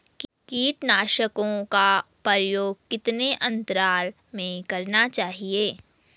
कीटनाशकों का प्रयोग कितने अंतराल में करना चाहिए?